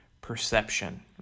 perception